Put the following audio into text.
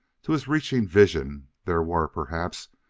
to his reaching vision there were, perhaps,